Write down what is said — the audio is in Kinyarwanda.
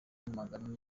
magana